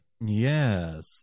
Yes